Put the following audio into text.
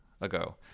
ago